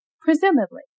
Presumably